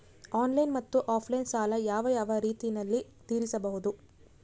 Online ಮತ್ತೆ offline ಸಾಲ ಯಾವ ಯಾವ ರೇತಿನಲ್ಲಿ ತೇರಿಸಬಹುದು?